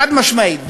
אפילו, חד-משמעית.